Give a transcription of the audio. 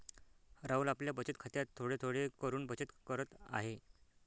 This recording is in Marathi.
राहुल आपल्या बचत खात्यात थोडे थोडे करून बचत करत आहे